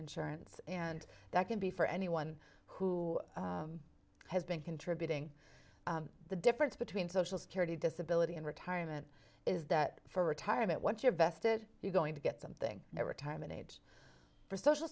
insurance and that can be for anyone who has been contributing the difference between social security disability and retirement is that for retirement once you're vested you're going to get something and every time an age for social